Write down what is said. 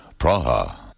Praha